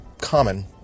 common